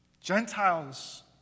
Gentiles